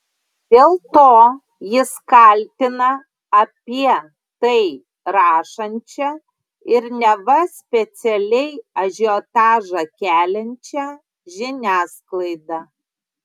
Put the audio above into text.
dėl to jis kaltina apie tai rašančią ir neva specialiai ažiotažą keliančią žiniasklaidą